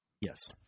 Yes